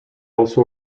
also